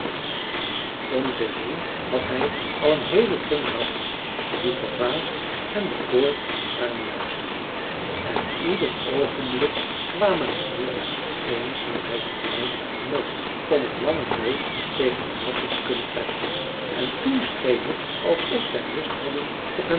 om zich heen had hij al een heelen kring ratten die verbaasd en bekoord naar hem luisterden en ieder oogenblik kwamen er meer bij eens nam hij de fluit uit den mond om een langen neus tegen de ratten te kunnen trekken en toen scheen het alsof zij lust hadden op hem